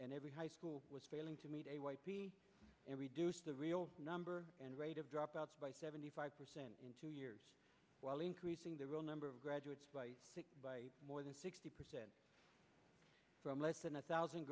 and every high school was failing to meet a white and reduced the real number and rate of dropouts by seventy five percent in two years while increasing the real number of graduates by more than sixty percent from less than a thousand